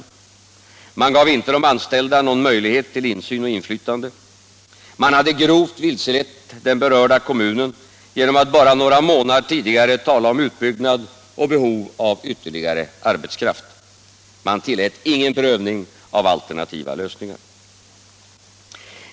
Man gav inte Om åtgärder för att de anställda någon möjlighet till insyn och inflytande. Man hade grovt säkra sysselsättvilselett den berörda kommunen genom att bara några månader tidigare ningen inom tala om utbyggnad och behov av ytterligare arbetskraft. Man tillät ingen — järn och stålinduprövning av alternativa lösningar. strin, m.m.